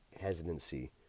hesitancy